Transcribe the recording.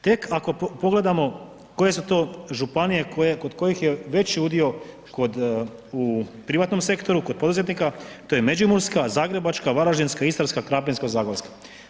Tek ako pogledamo koje su to županije kod kojih je veći udio u privatnom sektoru, kod poduzetnika, to je Međimurska, Zagrebačka, varaždinska, Istarska, Krapinsko-zagorska.